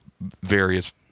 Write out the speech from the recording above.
various